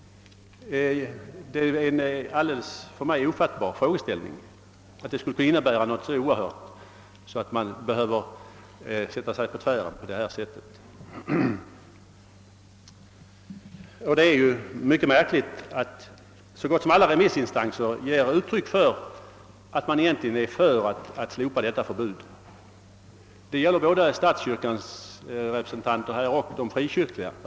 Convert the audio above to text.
För mig är det alldeles ofattbart att andra människors teaterbesök är någonting så oerhört att man behöver sätta sig på tvären på det här sättet. Det är ju märkligt att så gott som alla remissinstanser ger uttryck för en Önskan att slopa detta förbud. Det gäller både statskyrkans representanter och de frikyrkliga.